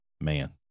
man